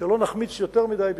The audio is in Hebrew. שלא נחמיץ יותר מדי בזמן,